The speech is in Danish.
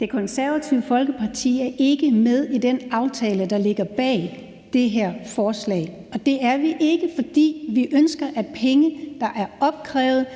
Det Konservative Folkeparti er ikke med i den aftale, der ligger bag det her forslag, og det er vi ikke, fordi vi ønsker, at 100 pct. af de penge, der er opkrævet